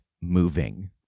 moving